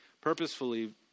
Purposefully